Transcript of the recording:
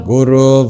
Guru